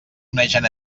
onegen